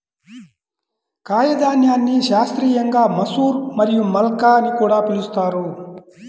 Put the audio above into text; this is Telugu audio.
కాయధాన్యాన్ని శాస్త్రీయంగా మసూర్ మరియు మల్కా అని కూడా పిలుస్తారు